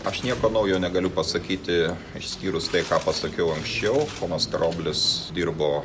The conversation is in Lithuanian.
aš nieko naujo negaliu pasakyti išskyrus tai ką pasakiau anksčiau ponas karoblis dirbo